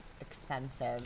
expensive